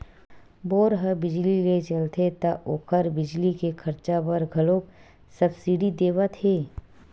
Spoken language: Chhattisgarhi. बोर ह बिजली ले चलथे त ओखर बिजली के खरचा बर घलोक सब्सिडी देवत हे